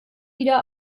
wieder